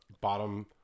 Bottom